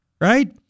right